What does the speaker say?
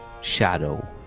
shadow